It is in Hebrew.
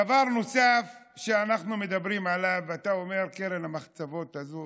דבר נוסף שאנחנו מדברים עליו ואתה אומר: קרן המחצבות הזאת,